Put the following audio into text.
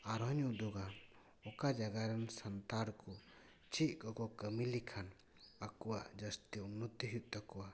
ᱟᱨᱚᱦᱚᱹᱧ ᱩᱫᱩᱜᱟ ᱚᱠᱟ ᱡᱟᱭᱜᱟ ᱨᱮᱱ ᱥᱟᱱᱛᱟᱲ ᱠᱚ ᱪᱮᱫ ᱠᱚ ᱠᱚ ᱠᱟᱹᱢᱤ ᱞᱮᱠᱷᱟᱱ ᱟᱠᱚᱣᱟᱜ ᱡᱟᱹᱥᱛᱤ ᱩᱱᱱᱚᱛᱤ ᱦᱩᱭᱩᱜ ᱛᱟᱠᱚᱣᱟ